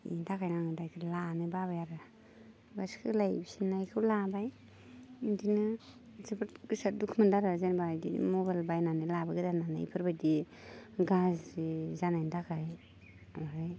बेनि थाखायनो आं दा लानो बाबाय आरो दा सोलायफिननायखौ लाबाय बिदिनो जोबोद गोसोआ दुखु मोनदों आरो जेनेबा बिदि मबाइल बायनानै लाबोगोदानआनो बेफोरबादि गाज्रि जानायनि थाखाय ओमफ्राय